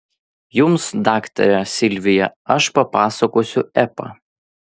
jums daktare silvija aš papasakosiu epą